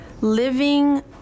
living